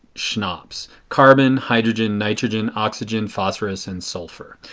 chnops. carbon, hydrogen, nitrogen, oxygen, phosphorus and sulfur.